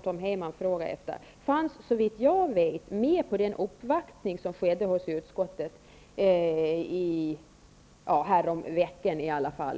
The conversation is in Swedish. Tom Heyman frågar efter fanns såvitt jag vet med vid den uppvaktning som gjordes hos utskottet häromveckan.